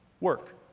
work